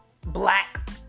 black